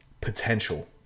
potential